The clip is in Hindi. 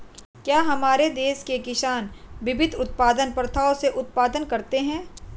क्या हमारे देश के किसान विभिन्न उत्पादन प्रथाओ से उत्पादन करते हैं?